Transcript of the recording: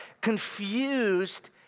confused